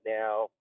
now